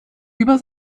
über